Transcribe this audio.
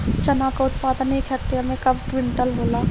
चना क उत्पादन एक हेक्टेयर में कव क्विंटल होला?